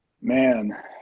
Man